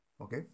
Okay